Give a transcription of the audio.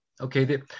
okay